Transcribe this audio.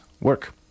work